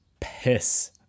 piss